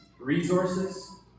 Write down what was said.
resources